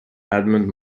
edmund